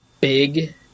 big